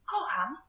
Kocham